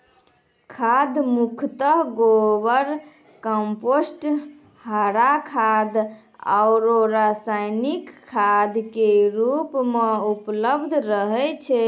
खाद मुख्यतः गोबर, कंपोस्ट, हरा खाद आरो रासायनिक खाद के रूप मॅ उपलब्ध रहै छै